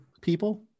people